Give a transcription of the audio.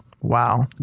Wow